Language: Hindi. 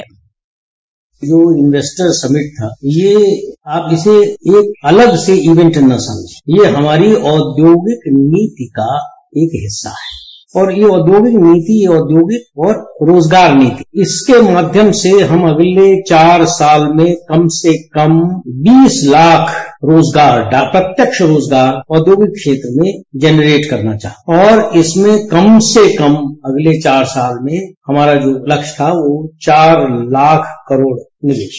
बाइट ये जो इंवेस्टर्स समिट था इसे आप अलग से इवेंटन समझे ये हमारी औद्योगिक नीति का एक हिस्सा है और ये औद्योगिक नीति और औद्योगिक ओर रोजगार नीति इसके माध्यम से हम अलगे चार साल में कम से कम बीस लाख रोजगार का प्रत्यक्ष रोजगार औद्योगिक क्षेत्र में जनरेल करना चाहते हैं और इसमें कम से कम अगले चार साल में हमारा जो लक्ष्य था वो चार लाख करोड़ निवेश